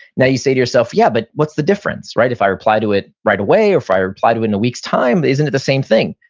now you say to yourself, yeah, but what's the difference if if i reply to it right away or if i reply to it in a week's time? isn't it the same thing?